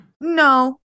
No